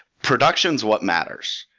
production is what matters.